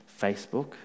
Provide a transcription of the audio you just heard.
Facebook